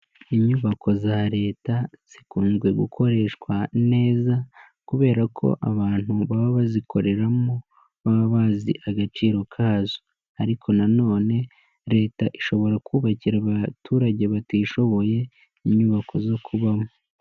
Inyubako za leta, zikunze gukoreshwa neza kubera ko abantu baba bazikoreramo, baba bazi agaciro kazo ariko nanone leta ishobora kubakira abaturage batishoboye, inyubako zo kubamo.